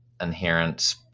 inherent